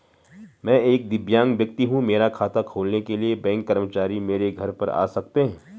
मैं एक दिव्यांग व्यक्ति हूँ मेरा खाता खोलने के लिए बैंक कर्मचारी मेरे घर पर आ सकते हैं?